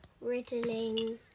Riddling